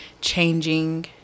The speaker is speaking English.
changing